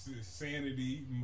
Sanity